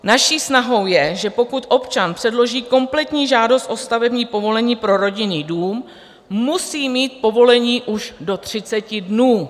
Naší snahou je, že pokud občan předloží kompletní žádost o stavební povolení pro rodinný dům, musí mít povolení už do 30 dnů.